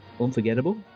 unforgettable